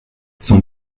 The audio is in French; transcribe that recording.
son